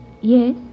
Yes